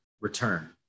Return